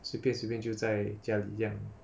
随便随便就在家里这样